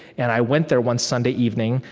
and i went there one sunday evening.